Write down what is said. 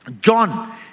John